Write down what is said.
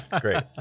Great